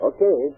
Okay